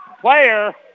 player